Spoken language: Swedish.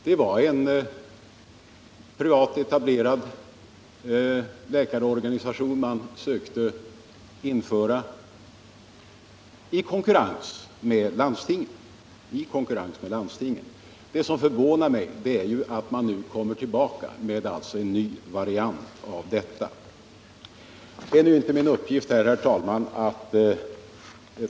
Det var en privat etablerad läkarorganisation som man försökte införa i konkurrens med landstingen. Det som förvånar mig är att man nu kommer tillbaka med en ny variant av detta misslyckade projekt.